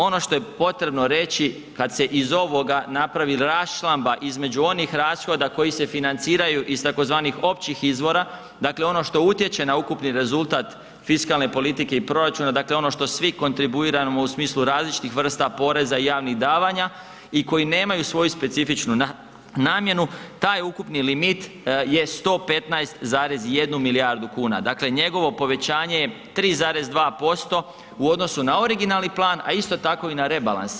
Ono što je potrebno reći kad se iz ovoga napravi raščlamba između onih rashoda koji se financiraju iz tzv. općih izvora, dakle ono što utječe na ukupni rezultat fiskalne politike i proračuna, dakle ono što svi kontribuirano u smislu različitih vrsta poreza i javnih davanja i koji nemaju svoju specifičnu namjenu, taj ukupni limit je 115,1 milijardu kuna, dakle njegovo povećanje je 3,2% u odnosu na originalni plan a isto tako i na rebalans.